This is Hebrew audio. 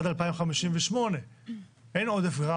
יש עודף עד 2058. אין עודף רב.